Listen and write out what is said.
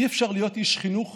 אי-אפשר להיות איש חינוך